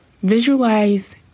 Visualize